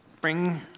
bring